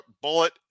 bullet